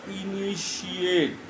initiate